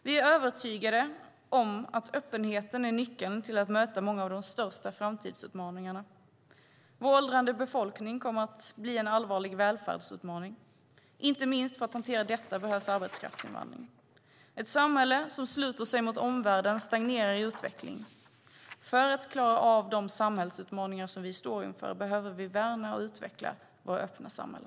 Vi är övertygade om att öppenheten är nyckeln till att möta många av de största framtidsutmaningarna. Vår åldrande befolkning kommer att bli en allvarlig välfärdsutmaning, inte minst för att hantera detta behövs arbetskraftsinvandring. Ett samhälle som sluter sig mot omvärlden stagnerar i utveckling. För att klara av de samhällsutmaningar som vi står inför behöver vi värna och utveckla vårt öppna samhälle.